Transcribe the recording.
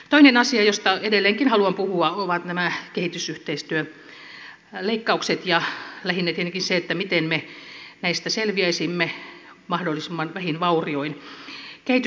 toinen asia josta edelleenkin haluan puhua ovat nämä kehitysyhteistyöleikkaukset ja lähinnä tietenkin se miten me näistä selviäisimme mahdollisimman vähin vaurioin